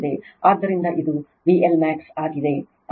ಆದ್ದರಿಂದ ಇದು VL max ಆಗಿದೆ